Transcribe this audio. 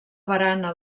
barana